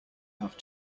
have